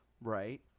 Right